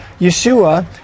Yeshua